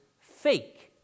fake